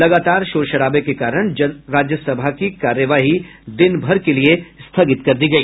लगातार शोर शराबे के कारण राज्यसभा की कार्यवाही दिन भर के लिये स्थगित कर दी गई